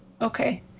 Okay